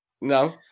No